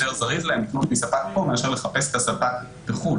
זה יותר זריז להן לקנות מספק פה מאשר לחפש את הספק בחו"ל.